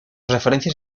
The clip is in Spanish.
referencias